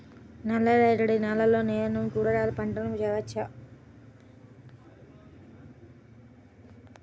నల్ల రేగడి నేలలో నేను కూరగాయల పంటను వేయచ్చా?